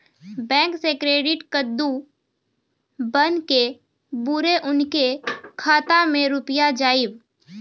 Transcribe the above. Bank से credit कद्दू बन के बुरे उनके खाता मे रुपिया जाएब?